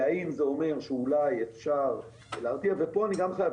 ואם זה אומר שאולי אפשר ואני גם חייב